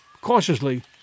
cautiously